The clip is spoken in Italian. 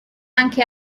anche